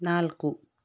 ನಾಲ್ಕು